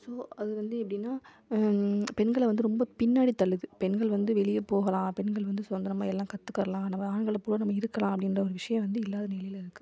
so அது வந்து எப்படின்னா பெண்களை வந்து ரொம்ப பின்னாடி தள்ளுது பெண்கள் வந்து வெளியே போகலாம் பெண்கள் வந்து சுதந்திரமாக எல்லாம் கத்துக்கலாம் நம்ம ஆண்களை போல் நம்ம இருக்கலாம் அப்படின்ற ஒரு விஷயம் வந்து இல்லாத நிலையில் இருக்குது